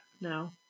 No